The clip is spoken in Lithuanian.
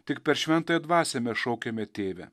tik per šventąją dvasią mes šaukiame tėve